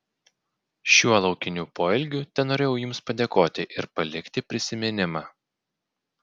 šiuo laukiniu poelgiu tenorėjau jums padėkoti ir palikti prisiminimą